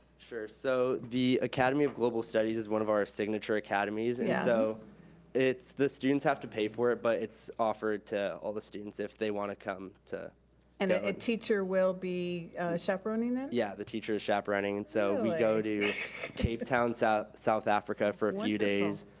sure, so the academy of global studies is one of our signature academies, and yeah so it's the students have to pay for it, but it's offered to all the students if they wanna come and a teacher will be chaperoning them? yeah, the teacher is chaperoning, and so we go. really. to cape town, south south africa for a few days.